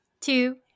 Two